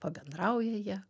pabendrauja jie